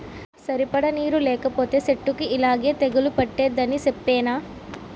సరిపడా నీరు లేకపోతే సెట్టుకి యిలాగే తెగులు పట్టేద్దని సెప్పేనా?